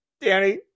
Danny